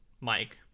Mike